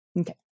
Okay